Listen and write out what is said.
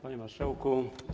Panie Marszałku!